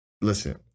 listen